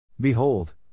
Behold